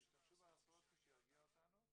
השתמשו ברב סורצקין שירגיע אותנו,